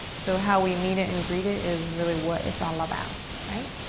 so how we meet it and greet it is really what it's all about, right?